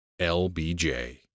LBJ